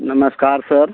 नमस्कार सर